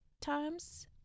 times